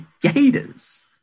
Gators